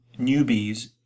newbies